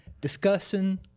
discussing